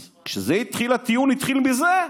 אז כשזה התחיל, הטיעון התחיל מזה.